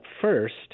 first